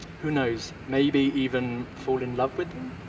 who knows, maybe even fall in love with them?